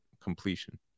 Completion